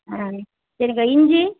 ஆ சரிங்க்கா இஞ்சி